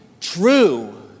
true